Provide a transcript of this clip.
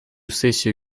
сессию